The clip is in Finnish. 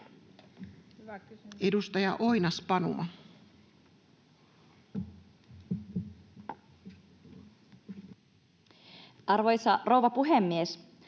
Edustaja Werning. Arvoisa rouva puhemies!